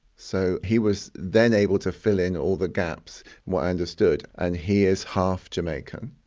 so he was then able to fill in all the gaps, what i understood. and he is half jamaican,